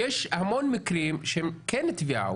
יש המון מקרים שהם כן טביעה,